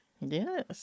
Yes